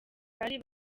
bari